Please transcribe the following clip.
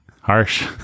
Harsh